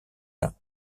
est